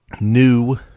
new